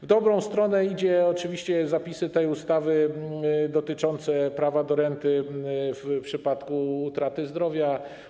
W dobrą stronę idą oczywiście zapisy tej ustawy dotyczące prawa do renty w przypadku utraty zdrowia.